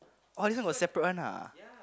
orh this one got separate one ah